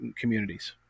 communities